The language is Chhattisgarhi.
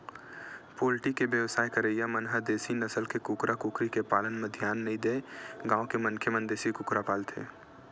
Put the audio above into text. पोल्टी के बेवसाय करइया मन ह देसी नसल के कुकरा कुकरी के पालन म धियान नइ देय गांव के मनखे मन देसी कुकरी पालथे